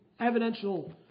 evidential